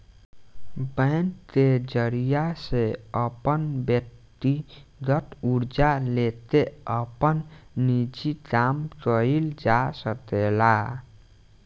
bank के जरिया से अपन व्यकतीगत कर्जा लेके आपन निजी काम कइल जा सकेला